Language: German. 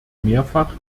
mehrfach